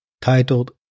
titled